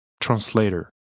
translator